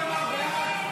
כהצעת הוועדה,